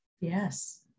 Yes